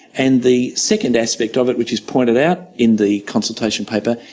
and the second aspect of it, which is pointed out in the consultation paper,